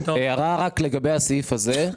הערה רק לגבי הסעיף הזה,